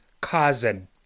cousin